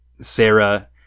Sarah